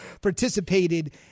participated